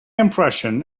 impression